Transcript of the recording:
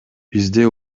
бизде